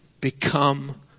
become